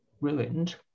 ruined